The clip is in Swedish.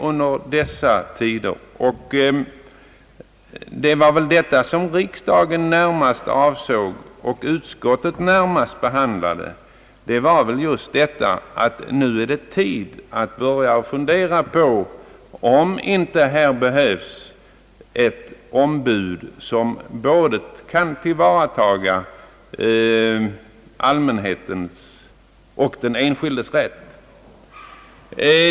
Vad riksdagen — och utskottets behandling — närmast avsåg var väl just frågan om här inte behövs ett ombud som kan tillvarata både allmänhetens och den enskildes rätt.